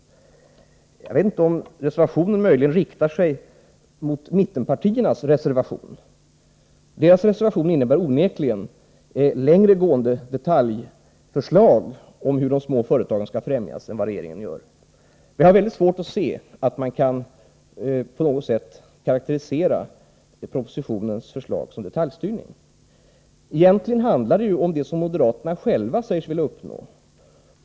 Möjligen riktar man sig i reservationen mot mittenpartiernas reservation, som onekligen innebär längre gående detaljförslag om hur de små företagen skall främjas, jämfört med regeringens förslag. Jag har väldigt svårt att inse att propositionens förslag på något sätt skulle kunna karakteriseras som förslag till detaljstyrning. Egentligen handlar det om det som moderaterna själva säger sig vilja uppnå.